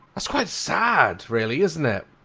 that's quite sad really isn't it?